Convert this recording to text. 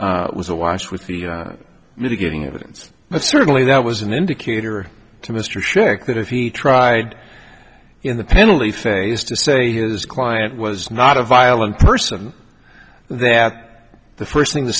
was awash with the mitigating evidence but certainly that was an indicator to mr schick that if he tried in the penalty phase to say his client was not a violent person that the first thing the